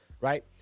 right